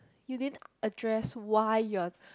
you didn't address why you are